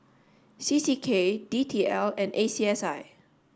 C C K D T L and A C S I